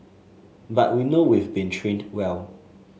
but we know we've been trained well